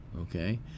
Okay